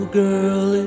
girl